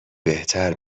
بهتر